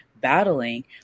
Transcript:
battling